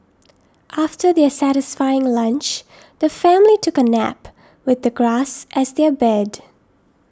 after their satisfying lunch the family took a nap with the grass as their bed